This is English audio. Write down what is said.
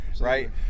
right